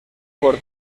por